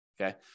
Okay